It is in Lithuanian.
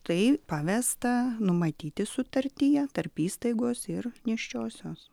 tai pavesta numatyti sutartyje tarp įstaigos ir nėščiosios